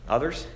Others